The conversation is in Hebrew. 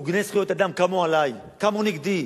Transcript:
ארגוני זכויות אדם קמו עלי, קמו נגדי.